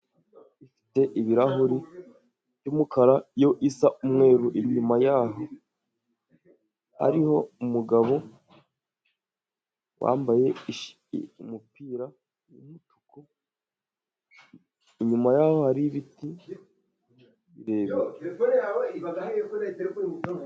Inzu ifite ibirahuri by'umukara yo isa n'umweru, inyuma y'aho hariho umugabo wambaye umupira w'umutuku, inyuma y'aho hari ibiti birebire.